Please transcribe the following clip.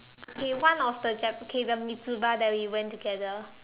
okay one of the Jap the Mitsu bar that we went together